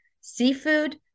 seafood